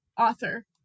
author